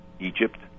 Egypt